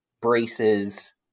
braces